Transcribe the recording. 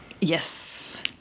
Yes